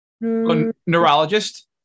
neurologist